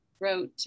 wrote